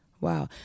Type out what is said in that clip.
Wow